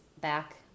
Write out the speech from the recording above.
back